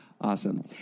Awesome